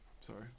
Sorry